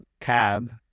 cab